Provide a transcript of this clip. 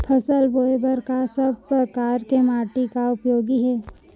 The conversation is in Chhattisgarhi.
फसल बोए बर का सब परकार के माटी हा उपयोगी हे?